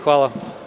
Hvala.